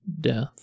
death